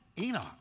Enoch